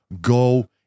go